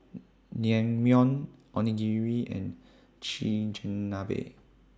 Naengmyeon Onigiri and Chigenabe